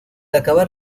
acabar